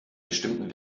bestimmten